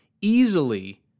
easily